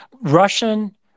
Russian